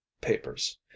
papers